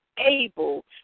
Able